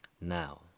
Now